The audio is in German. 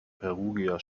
perugia